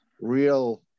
real